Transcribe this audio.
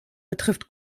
betrifft